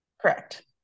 Correct